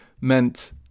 meant